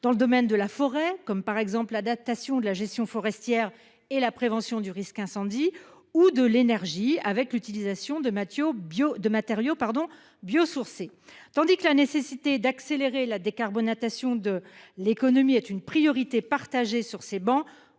Dans le domaine de la forêt comme par exemple l'adaptation de la gestion forestière et la prévention du risque incendie ou de l'énergie avec l'utilisation de Mathiot bio de matériaux pardon biosourcés tandis que la nécessité d'accélérer la décarbonation de l'économie est une priorité partagée sur ces bancs